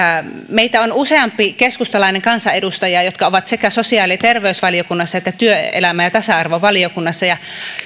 meitä on useampi keskustalainen kansanedustaja jotka ovat sekä sosiaali ja terveysvaliokunnassa että työelämä ja tasa arvovaliokunnassa ja